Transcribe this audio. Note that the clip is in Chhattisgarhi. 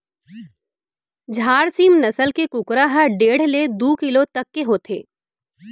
झारसीम नसल के कुकरा ह डेढ़ ले दू किलो तक के होथे